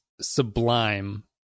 sublime